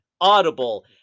Audible